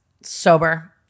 sober